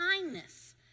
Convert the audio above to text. kindness